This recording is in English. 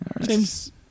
James